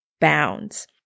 bounds